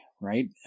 Right